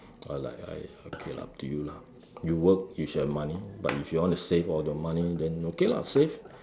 I like !aiya! okay lah up to you lah you work it's your money but if you want to save all the money then okay lah save